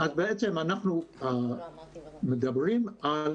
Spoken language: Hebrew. אנחנו מדברים על